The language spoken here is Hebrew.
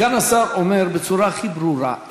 סגן השר אומר בצורה הכי ברורה,